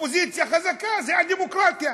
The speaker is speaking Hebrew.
אופוזיציה חזקה, זו הדמוקרטיה.